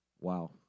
wow